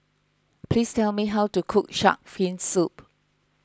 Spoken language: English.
please tell me how to cook Shark's Fin Soup